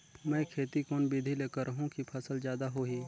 मै खेती कोन बिधी ल करहु कि फसल जादा होही